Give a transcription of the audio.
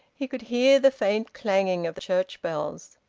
he could hear the faint clanging of church bells.